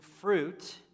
fruit